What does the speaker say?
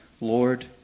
Lord